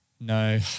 No